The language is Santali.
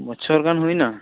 ᱵᱚᱪᱷᱚᱨ ᱜᱟᱱ ᱦᱩᱭᱮᱱᱟ